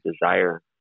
desire